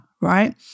right